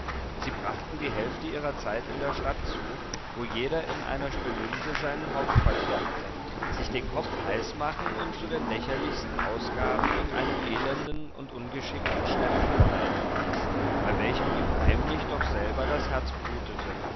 sie brachten die hälfte ihrer zeit in der stadt zu wo jeder in einer spelunke sein hauptquartier hatte sich den kopf heißmachen und zu den lächerlichsten ausgaben und einem elenden und ungeschickten schlemmen verleiten ließ bei welchem ihm heimlich doch selber das herz blutete